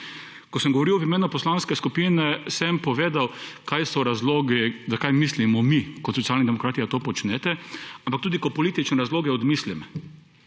Ko sem govoril v imenu poslanske skupine, sem povedal kaj so razlogi, kaj mislimo mi kot Socialni demokrati, da to počnete, ampak tudi ko politične razloge odmislim,